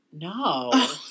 No